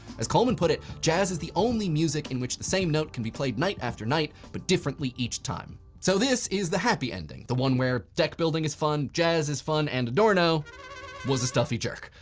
as coleman put it, jazz is the only music in which the same note can be played night after night, but differently each time. so this is the happy ending, the one where deck building is fun, jazz is fun, and adorno was a stuffy jerk.